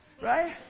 Right